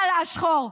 הלאה שחור,